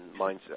mindset